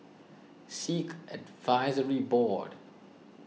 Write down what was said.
Sikh Advisory Board